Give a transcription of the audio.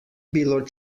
bilo